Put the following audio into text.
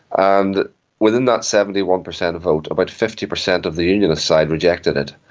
and within that seventy one percent vote about fifty percent of the unionist side rejected it.